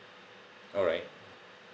alright